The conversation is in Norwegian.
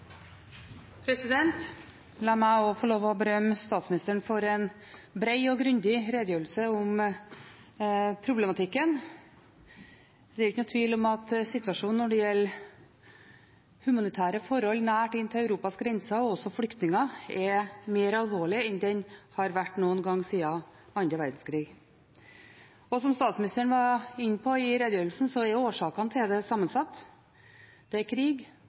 La meg også få lov til å berømme statsministeren for en bred og grundig redegjørelse om problematikken. Det er ingen tvil om at situasjonen når det gjelder humanitære forhold nært inntil Europas grenser, og også flyktningsituasjonen, er mer alvorlig enn den har vært noen gang siden annen verdenskrig. Som statsministeren var inne på i redegjørelsen, er årsakene til dette sammensatte. Det er krig,